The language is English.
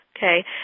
Okay